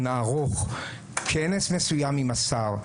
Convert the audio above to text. נערוך כנס מסוים עם השר,